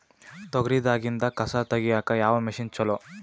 ತೊಗರಿ ದಾಗಿಂದ ಕಸಾ ತಗಿಯಕ ಯಾವ ಮಷಿನ್ ಚಲೋ?